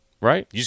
Right